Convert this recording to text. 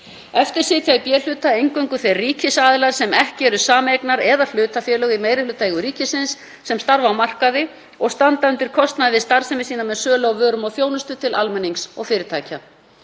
Eftir sitja í B-hluta eingöngu þeir ríkisaðilar sem ekki eru sameignar- eða hlutafélög í meirihlutaeigu ríkisins sem starfa á markaði og standa undir kostnaði við starfsemi sína með sölu á vörum og þjónustu til almennings og fyrirtækja.